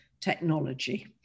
technology